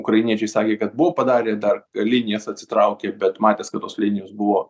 ukrainiečiai sakė kad buvo padarę dar linijas atsitraukę bet matės kad tos linijos buvo